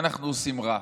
ואנחנו עושים רע.